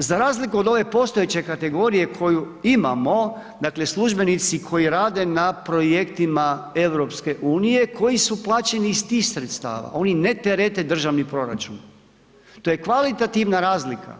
Za razliku od ove postojeće kategorije koju imamo dakle službenici koji rade na projektima EU koji su plaćeni iz tih sredstava, oni ne terete državni proračun, to je kvalitativa razlika,